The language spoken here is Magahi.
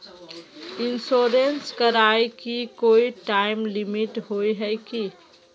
इंश्योरेंस कराए के कोई टाइम लिमिट होय है की?